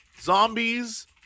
zombies